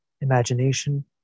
Imagination